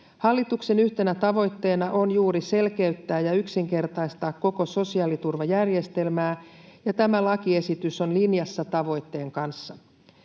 Hallituksen yhtenä tavoitteena on juuri selkeyttää ja yksinkertaistaa koko sosiaaliturvajärjestelmää, ja tämä lakiesitys on linjassa tavoitteen kanssa.